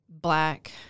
black